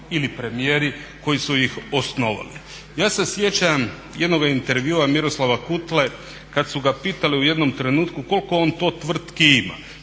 ili premijeri koji su ih osnovali. Ja se sjećam jednoga intervjua Miroslava Kutle kad su ga pitali u jednom trenutku koliko on to tvrtki ima